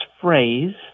phrase